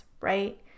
right